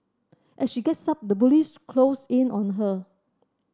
as she gets up the bullies close in on her